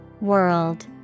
World